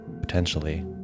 potentially